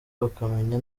bakamenya